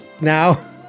now